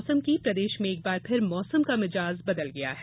मौसम प्रदेश में एक बार फिर मौसम का मिजाज बदल गया है